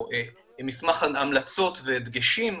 מסמך המלצות והדגשים.